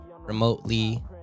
remotely